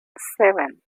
seven